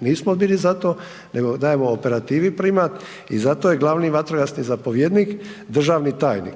nismo bili za to nego dajemo operativi .../Govornik se ne razumije./... i zato je glavni vatrogasni zapovjednik državni tajnik.